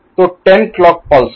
तो 10 clock pulse हैं